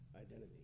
identity